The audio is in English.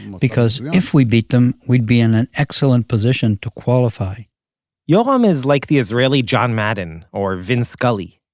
because if we beat them, we'd be in an excellent position to qualify yoram um is like the israeli john madden or vin scully.